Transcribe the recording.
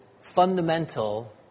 fundamental